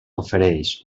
ofereix